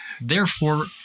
Therefore-